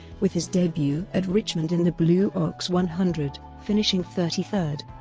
with his debut at richmond in the blue ox one hundred, finishing thirty third.